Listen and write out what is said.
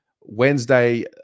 wednesday